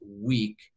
week